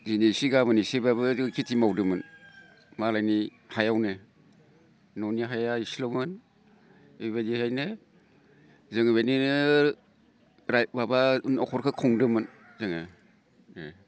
दिनै इसे गाबोन इसेबाबो खेथि मावदोंमोन मालायनि हायावनो न'नि हाया इसेल'मोन बेबायदिखायनो जोङो बिदिनो माबा न'खरखौ खुदोंमोन जोङो